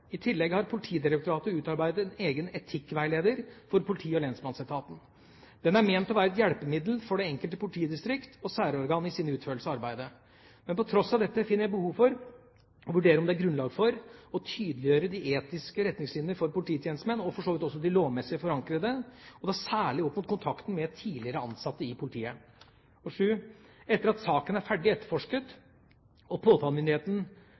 I tillegg har Politidirektoratet utarbeidet en egen etikkveileder for politi- og lensmannsetaten. Den er ment å være et hjelpemiddel for det enkelte politidistrikt og særorgan i sin utførelse av arbeidet. Men på tross av dette finner jeg behov for å vurdere om det er grunnlag for å tydeliggjøre de etiske retningslinjer for polititjenestemenn og for så vidt også de lovmessige forankrede, og da særlig opp mot kontakten med tidligere ansatte i politiet. Etter at saken er ferdig etterforsket og